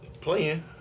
Playing